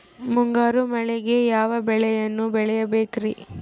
ಮುಂಗಾರು ಮಳೆಗೆ ಯಾವ ಬೆಳೆಯನ್ನು ಬೆಳಿಬೇಕ್ರಿ?